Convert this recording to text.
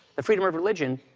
the freedom of religion,